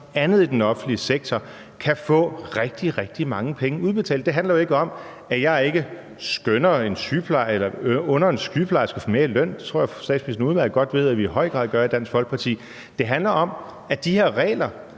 andet i den offentlige sektor kan få rigtig, rigtig mange penge udbetalt. Det handler jo ikke om, at jeg ikke under en sygeplejerske at få mere i løn. Det tror jeg statsministeren udmærket godt ved at vi i høj grad gør i Dansk Folkeparti. Det handler om, at de her regler